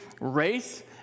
race